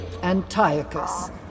Antiochus